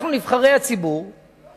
אנחנו נבחרי הציבור,